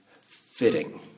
fitting